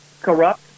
corrupt